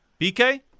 BK